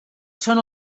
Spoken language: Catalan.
són